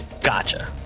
Gotcha